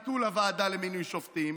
על ביטול הוועדה למינוי שופטים,